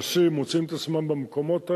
אנשים מוצאים את עצמם במקומות האלה,